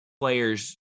Players